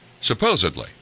supposedly